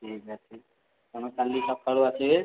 ଠିକ୍ ଅଛି ତମେ କାଲି ସକାଳୁ ଆସିବେ